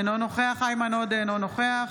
אינו נוכח איימן עודה, אינו נוכח